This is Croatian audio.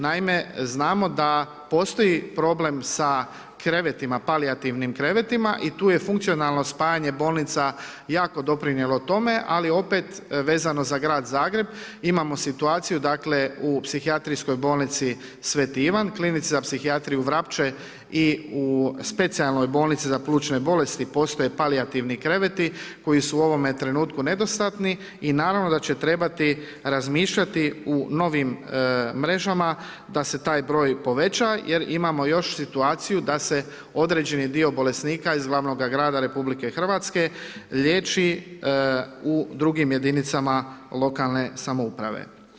Naime, znamo da postoji problem sa krevetima, palijativnim krevetima i tu je funkcionalno spajanje bolnica jako doprinjelo tome, ali opet vezano za Grad Zagreb, imamo situaciju, dakle u Psihijatrijskoj bolnici Sveti Ivan, Klinici za psihijatriju Vrapče i u Specijalnoj bolnici za plućne bolesti, postoje palijativni kreveti koji su u ovome trenutku nedostatni i naravno da će trebati razmišljati u novim mrežama da se taj broj poveća, jer imamo još situaciju da se određeni dio bolesnika iz glavnoga grada Republike Hrvatske liječi u drugim jedinicama lokalne samouprave.